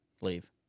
leave